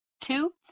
Two